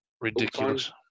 Ridiculous